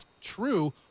True